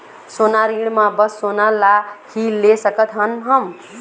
सोना ऋण मा बस सोना ला ही ले सकत हन हम?